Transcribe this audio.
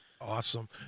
Awesome